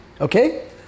Okay